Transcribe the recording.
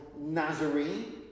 Nazarene